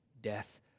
death